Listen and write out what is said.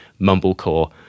mumblecore